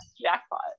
jackpot